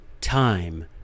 time